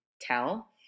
tell